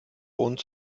uns